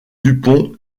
dupont